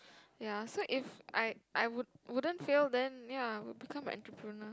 ya so if I I would~ wouldn't fail the ya I would become an entrepreneur